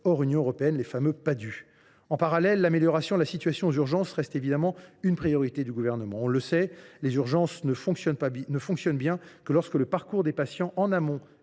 hors Union européenne. Parallèlement, l’amélioration de la situation aux urgences reste évidemment une priorité du Gouvernement. On le sait, les urgences ne fonctionnent bien que lorsque le parcours des patients, en amont